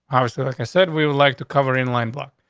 i was so like i said, we would like to cover in line block.